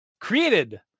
created